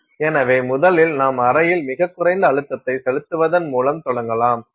எனவே முதலில் நாம் அறையில் மிகக் குறைந்த அழுத்தத்தை செலுத்துவதன் மூலம் தொடங்கலாம்